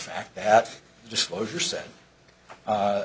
fact that disclosure